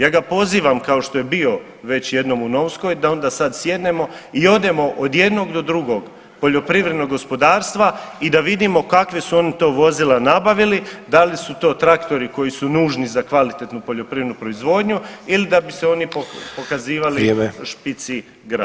Ja ga pozivam kao što je bio već jednom u Novskoj da onda sad sjednemo i odemo od jednog do drugog poljoprivrednog gospodarstva i da vidimo kakva su oni to vozila nabavili, da li su to traktori koji su nužni za kvalitetnu poljoprivrednu proizvodnju ili da bi se oni pokazivali [[Upadica: Vrijeme.]] špici grada.